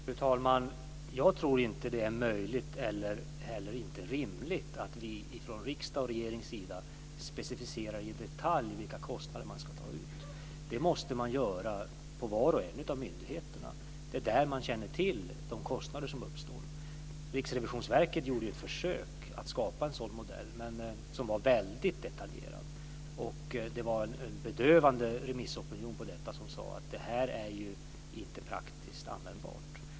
Fru talman! Jag tror inte att det är möjligt och heller inte rimligt att vi från riksdags och regerings sida specificerar i detalj vilka kostnader man ska ta ut. Det måste man göra på var och en av myndigheterna. Det är där man känner till de kostnader som uppstår. Riksrevisionsverket gjorde ett försök att skapa en sådan modell som var väldigt detaljerad. Det var en bedövande remissopinion som sade att det inte är praktiskt användbart.